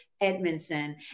Edmondson